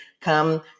come